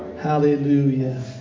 Hallelujah